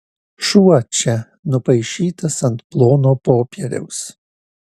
šuo čia nupaišytas ant plono popieriaus